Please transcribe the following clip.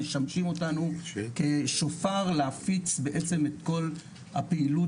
משמשים אותנו כשופר להפיץ את כל הפעילות